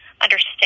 understand